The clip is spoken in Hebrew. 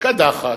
קדחת.